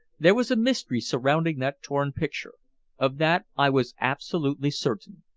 there was a mystery surrounding that torn picture of that i was absolutely certain.